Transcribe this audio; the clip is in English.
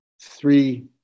Three